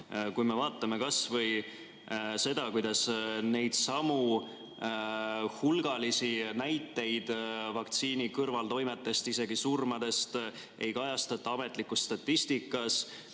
Kui me vaatame kas või seda, kuidas neidsamu hulgalisi näiteid vaktsiini kõrvaltoimetest, isegi surmadest, ei kajastata ametlikus statistikas,